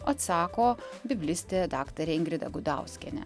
atsako biblistė daktarė ingrida gudauskienė